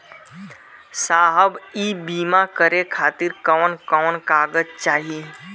साहब इ बीमा करें खातिर कवन कवन कागज चाही?